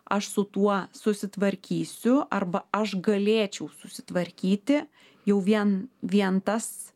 aš su tuo susitvarkysiu arba aš galėčiau susitvarkyti jau vien vien tas